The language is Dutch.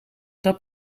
dat